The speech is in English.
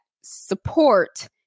support